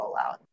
rollout